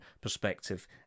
perspective